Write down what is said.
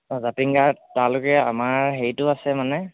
অঁ জাতিংগাৰ তালৈকে আমাৰ হেৰিটো আছে মানে